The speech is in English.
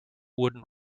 wooden